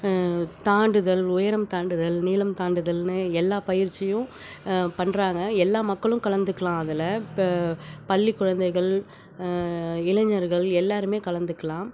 தாண்டுதல் உயரம் தாண்டுதல் நீளம் தாண்டுதல்னு எல்லா பயிற்சியும் பண்ணுறாங்க எல்லா மக்களும் கலந்துக்கலாம் அதில் இப்போ பள்ளி குழந்தைகள் இளைஞர்கள் எல்லோருமே கலந்துக்கலாம்